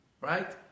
Right